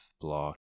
block